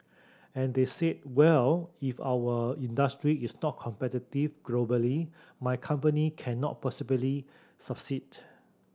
and they said well if our industry is not competitive globally my company cannot possibly succeed